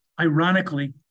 ironically